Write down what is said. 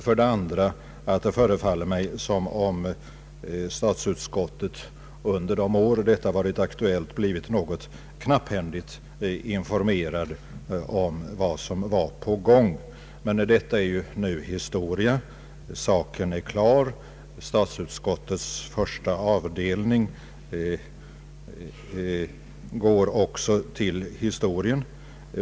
För det andra förefaller det mig som om statsutskottet under de år frågan varit aktuell har blivit något knapphändigt informerat om vad som varit på gång. Detta är nu historia; saken är klar. Även statsutskottets första avdelning går till historien.